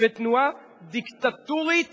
ותנועה דיקטטורית